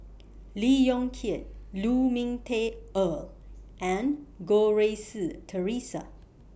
Lee Yong Kiat Lu Ming Teh Earl and Goh Rui Si Theresa